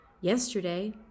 Yesterday